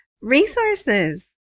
resources